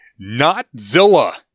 Notzilla